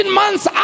months